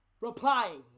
replying